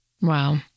Wow